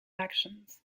actions